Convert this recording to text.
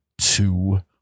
two